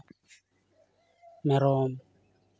ᱢᱮᱨᱚᱢ